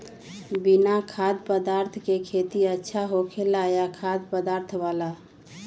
बिना खाद्य पदार्थ के खेती अच्छा होखेला या खाद्य पदार्थ वाला?